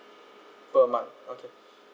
per month okay